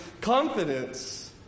confidence